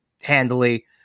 handily